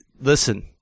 Listen